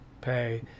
pay